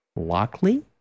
Lockley